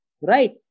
right